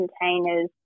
containers